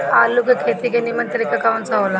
आलू के खेती के नीमन तरीका कवन सा हो ला?